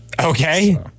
Okay